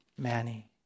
manny